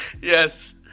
Yes